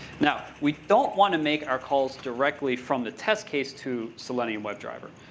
now, we don't want to make our calls directly from the test case to selenium webdriver.